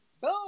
Boom